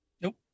Nope